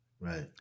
right